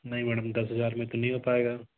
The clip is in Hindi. नही मैडम दस हज़ार में तो नहीं हो पाएगा